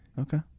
Okay